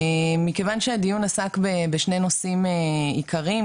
מכיוון שהדיון עסק בשני נושאים עיקריים,